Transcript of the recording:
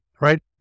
right